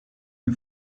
une